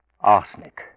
arsenic